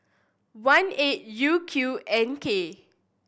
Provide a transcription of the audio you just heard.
one eight U Q N K